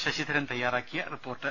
ശശിധരൻ തയ്യാറാക്കിയ റിപ്പോർട്ട്